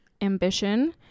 ambition